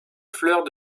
fleurs